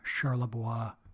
Charlebois